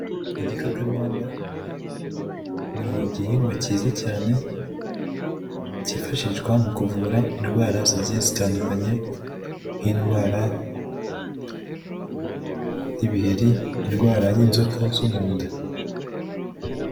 Igikakarwamba ni igihingwa cyiza cyane kifashishwa mu kuvura indwara zigiye zitandukanye, nk'indwara y'ibiheri, indwara y'inzoka zo mu nda.